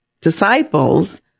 disciples